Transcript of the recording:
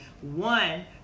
One